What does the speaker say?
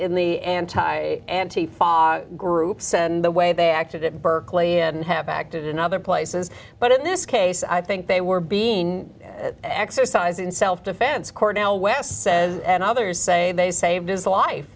in the anti anti far groups and the way they acted at berkeley and have acted in other places but in this case i think they were being exercised in self defense cornell west says and others say they saved his life